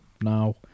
now